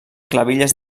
clavilles